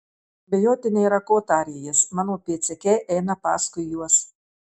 bijoti nėra ko tarė jis mano pėdsekiai eina paskui juos